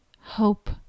hope